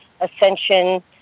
ascension